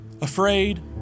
afraid